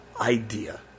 idea